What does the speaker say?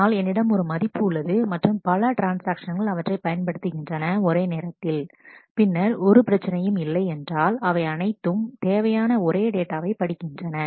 ஆனால் என்னிடம் ஒரு மதிப்பு உள்ளது மற்றும் பல ட்ரான்ஸ்ஆக்ஷன்கள் அவற்றை பயன்படுத்துகின்றன ஒரே நேரத்தில் பின்னர் ஒரு பிரச்சனையும் இல்லை என்றால் அவை அனைத்தும் தேவையான ஒரே டேட்டாவை படிக்கின்றன